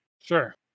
Sure